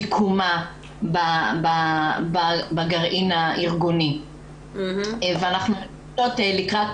מיקומה בגרעין הארגוני ואנחנו --- לקראת